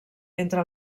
entre